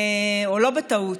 או לא בטעות,